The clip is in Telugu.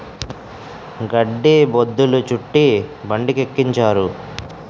గడ్డి బొద్ధులు చుట్టి బండికెక్కించారు